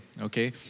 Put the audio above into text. Okay